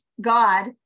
god